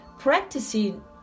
Practicing